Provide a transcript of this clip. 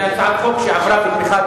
זו הצעת חוק שעברה בתמיכת